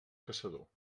caçador